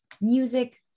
music